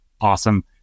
Awesome